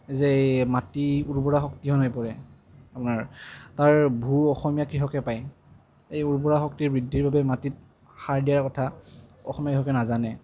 যে এই মাটিৰ উৰ্বৰা শক্তি নোহোৱা হৈ পৰে আপোনাৰ তাৰ ভূ অসমীয়া কৃষকে পায় এই উৰ্বৰা শক্তি বৃদ্ধিৰ বাবে মাটিত সাৰ দিয়াৰ কথা অসমীয়া কৃষকে নাজানে